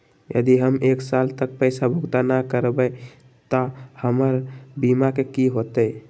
यदि हम एक साल तक पैसा भुगतान न कवै त हमर बीमा के की होतै?